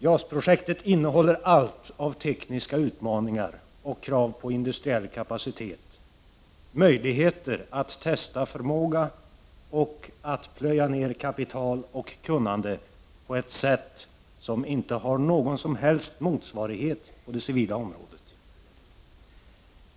JAS-projektet innehåller allt av tekniska utmaningar och krav på industriell kapacitet, möjligheter att testa förmåga och att plöja ner kapital och kunnande på ett sätt som inte har någon som helst motsvarighet på det civila området.